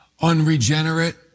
unregenerate